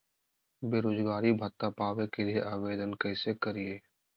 बेरोजगारी भत्ता पावे के लिए आवेदन कैसे करियय?